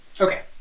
Okay